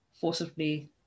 forcibly